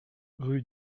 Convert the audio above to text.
rue